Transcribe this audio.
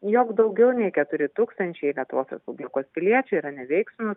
jog daugiau nei keturi tūkstančiai lietuvos respublikos piliečių yra neveiksnūs